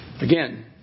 Again